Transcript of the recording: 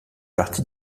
partie